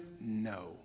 no